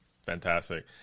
Fantastic